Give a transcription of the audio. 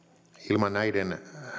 ilman näiden